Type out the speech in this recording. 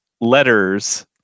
letters